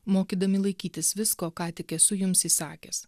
mokydami laikytis visko ką tik esu jums įsakęs